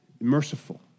merciful